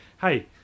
hey